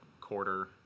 quarter